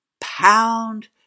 pound